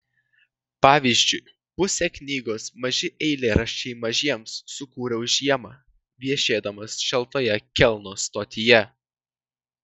pavyzdžiui pusę knygos maži eilėraščiai mažiems sukūriau žiemą viešėdamas šaltoje kelno stotyje